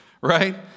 Right